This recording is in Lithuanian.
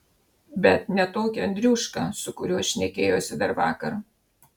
bet ne tokį andriušką su kuriuo šnekėjosi dar vakar